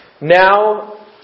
Now